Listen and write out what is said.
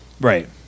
Right